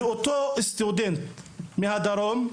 אותו סטודנט מהדרום,